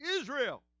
Israel